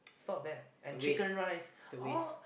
stop there and chicken rice all